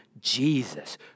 Jesus